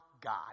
God